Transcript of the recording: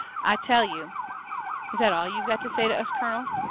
i tell you is that all you've got to say to us, colonel?